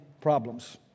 problems